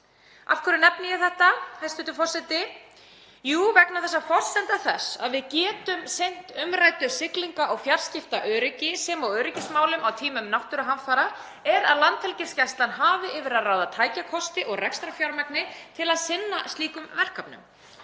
Af hverju nefni ég þetta, hæstv. forseti? Jú, vegna þess að forsenda þess að við getum sinnt umræddu siglinga- og fjarskiptaöryggi sem og öryggismálum á tímum náttúruhamfara er að Landhelgisgæslan hafi yfir að ráða tækjakosti og rekstrarfjármagni til að sinna slíkum verkefnum.